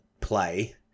play